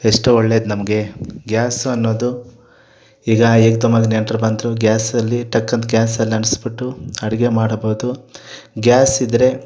ಎಷ್ಟೋ ಒಳ್ಳೆದು ನಮಗೆ ಗ್ಯಾಸು ಅನ್ನೋದು ಈಗ ಏಕ್ ದಮ್ಮಾಗ್ ನೆಂಟ್ರು ಬಂದರು ಗ್ಯಾಸಲ್ಲಿ ಟಕ್ಕಂತ ಗ್ಯಾಸಲ್ಲಿ ಅಂಟಿಸ್ಬಿಟ್ಟು ಅಡಿಗೆ ಮಾಡಬೌದು ಗ್ಯಾಸಿದ್ರೆ